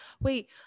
wait